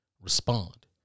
respond